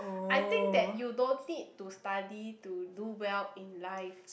I think that you don't need to study to do well in life